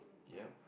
yup